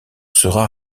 sera